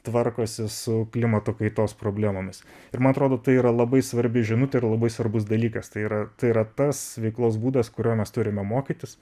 tvarkosi su klimato kaitos problemomis ir man atrodo tai yra labai svarbi žinutė ir labai svarbus dalykas tai yra tai yra tas veiklos būdas kurio mes turime mokytis